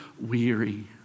weary